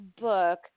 book